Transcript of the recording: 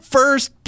First